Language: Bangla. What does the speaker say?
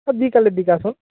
ওই বিকালের দিকে আসুন